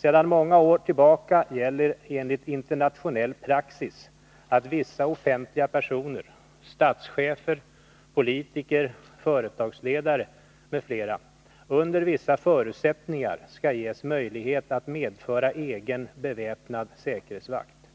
Sedan många år tillbaka gäller enligt internationell praxis att vissa offentliga personer — statschefer, politiker, företagsledare m.fl. — under vissa förutsättningar skall ges möjlighet att medföra egen beväpnad säkerhetsvakt.